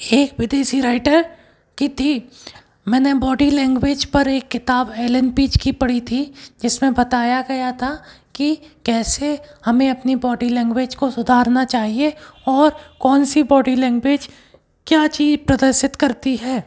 एक विदेशी राइटर की थी मैंने बॉडी लैंग्वेज पर एक किताब एलेन पेज की पढ़ी थी जिस में बताया गया था कि कैसे हमें अपनी बॉडी लैंग्वेज को सुधारना चाहिए और कौन सी बॉडी लैंग्वेज क्या चीज़ प्रदर्शित करती है